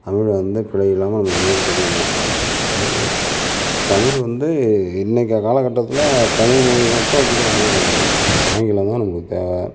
தமிழில் வந்து பிழை இல்லாமல் எழுதுகிறதுக்கு அதே மாதிரி தமிழ் வந்து இன்னைக்கு காலகட்டத்தில் தமிழ் மொழி மட்டும் வச்கிசிட்டு ஒன்றுமே பண்ணமுடியாது ஆங்கிலம் தான் நமக்கு தேவை